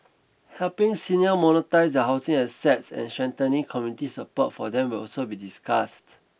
helping seniors monetise their housing assets and strengthening community support for them will also be discussed